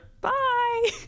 Bye